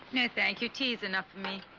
no, thank you tea's enough for me